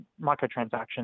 microtransactions